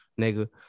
Nigga